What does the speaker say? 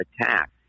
attack